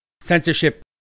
Censorship